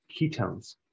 ketones